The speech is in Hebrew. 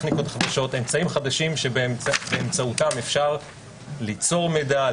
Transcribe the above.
אמצעים חדשים שבאמצעותם אפשר ליצור מידע,